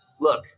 Look